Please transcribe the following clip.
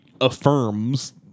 affirms